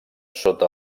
sota